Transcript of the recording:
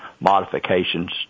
modifications